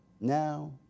Now